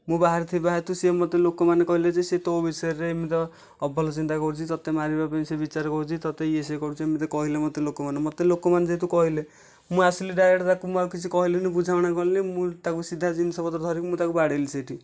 ମୁଁ ବାହାରେ ଥିବା ହେତୁ ସେ ମୋତେ ଲୋକମାନେ କହିଲେ ଯେ ସିଏ ତୋ ବିଷୟରେ ଏମିତି ଅଭଲ ଚିନ୍ତା କରୁଛି ତୋତେ ମରିବା ପାଇଁ ସେ ବିଚାର କରୁଛି ତୋତେ ଇଏ ସିଏ କରୁଛି ଏମିତି କହିଲେ ମୋତେ ଲୋକମାନେ କହିଲେ ମୋତେ ଲୋକମାନେ ଯେହେତୁ କହିଲେ ମୁଁ ଆସିଲି ଡାଇରେକ୍ଟ ତାକୁ ମୁଁ ଆଉ କିଛି କହିଲିନି ବୁଝାମଣା ଭି କରିଲିନି ମୁଁ ତାକୁ ସିଧା ଜିନିଷପତ୍ର ଧରିକି ମୁଁ ତାକୁ ବାଡ଼େଇଲି ସେଇଠି